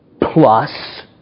plus